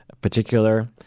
particular